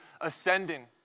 ascending